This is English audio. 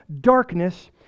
darkness